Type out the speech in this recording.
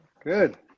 Good